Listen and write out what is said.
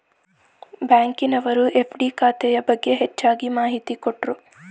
ಬ್ಯಾಂಕಿನವರು ಎಫ್.ಡಿ ಖಾತೆ ಬಗ್ಗೆ ಹೆಚ್ಚಗೆ ಮಾಹಿತಿ ಕೊಟ್ರು